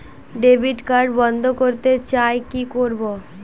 Debit card বন্ধ করতে চাই কি করব?